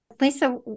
Lisa